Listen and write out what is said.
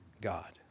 God